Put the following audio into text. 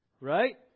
Right